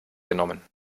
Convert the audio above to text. genommen